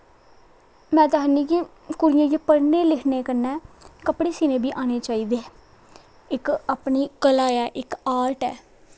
में ते आखनी कुड़ियें गी पढ़ने लिखने कन्नै कपड़े सीनें बी आने चाहिदे इक अपनी कला ऐ इक आर्ट ऐ